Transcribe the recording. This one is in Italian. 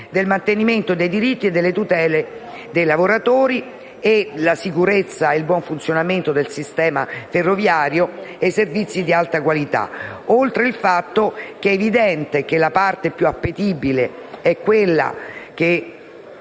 del mantenimento dei diritti e delle tutele per i lavoratori, della sicurezza e del buon funzionamento del sistema ferroviario e dei servizi di alta qualità. Senza contare che è evidente che la parte più appetibile è quella